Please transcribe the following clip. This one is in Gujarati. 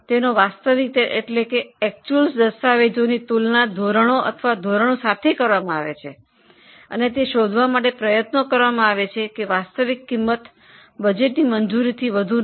તેના વાસ્તવિકની તુલના નિયમો અથવા પ્રમાણ સાથે પ્રયત્નો કરવામાં આવે છે કે વાસ્તવિક ખર્ચ બજેટથી વધારે નથી